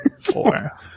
Four